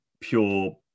pure